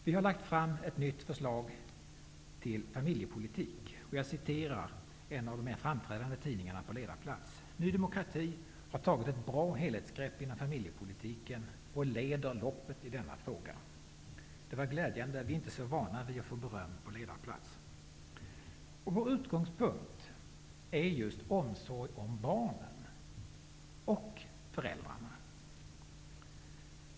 Vi har lagt fram ett nytt förslag till familjepoli tik, och jag citerar en av de mera framträdande tidningarna på ledarplats: ''Ny demokrati har ta git ett bra helhetsgrepp inom familjepolitiken och leder loppet i denna fråga.'' Det var glädjande. Vi är inte så vana vid att få beröm på ledarplats. Vår utgångspunkt är just omsorg om barnen -- och föräldrarna.